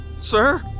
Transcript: Sir